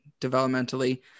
developmentally